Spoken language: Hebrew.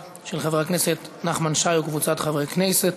של חבר הכנסת נחמן שי וקבוצת חברי הכנסת.